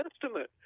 Testament